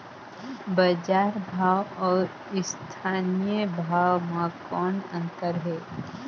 बजार भाव अउ स्थानीय भाव म कौन अन्तर हे?